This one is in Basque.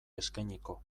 eskainiko